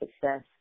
success